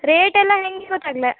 rate ಎಲ್ಲ ಹೇಗೆ ಗೊತ್ತಾಗ್ಲೆ